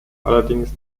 allerdings